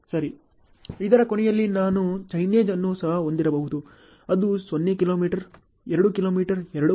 ಸರಿ ಇದರ ಕೊನೆಯಲ್ಲಿ ನಾನು ಚೈನೇಜ್ ಅನ್ನು ಸಹ ಹೊಂದಿರಬಹುದು ಅದು 0 ಕಿಲೋಮೀಟರ್ 2 ಕಿಲೋಮೀಟರ್ 2